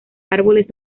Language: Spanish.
árboles